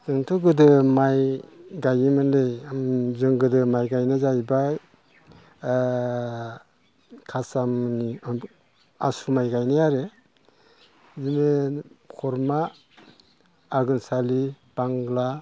जोंथ' गोदो माइ गायोमोनलै जों गोदो माइ गायनाया जाहैबाय खासामुनि आसु माइ गायनाय आरो बिदिनो खरमा आगोनसालि बांला